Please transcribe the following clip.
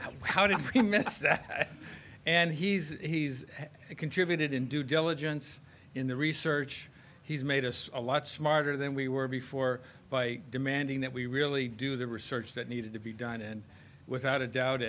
how did you miss that and he's he's contributed in due diligence in the research he's made us a lot smarter than we were before by demanding that we really do the research that needed to be done and without a doubt